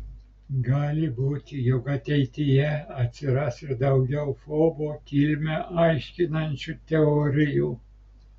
gali būti jog ateityje atsiras ir daugiau fobo kilmę aiškinančių teorijų